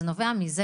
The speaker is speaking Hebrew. זה נובע מזה